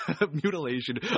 mutilation